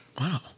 Wow